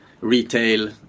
retail